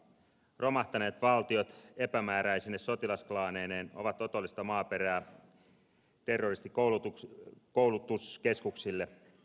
romahtaneet valtiot epämääräisine sotilasklaaneineen ovat otollista maaperää terroristikoulutuskeskuksille